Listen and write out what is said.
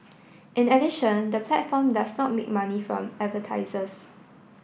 in addition the platform does not make money from advertisers